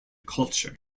culture